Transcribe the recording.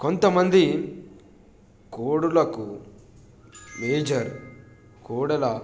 కొంతమంది కోళ్ళకు మేజర్ కోళ్ళ